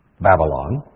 Babylon